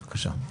בבקשה.